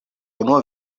unua